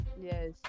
yes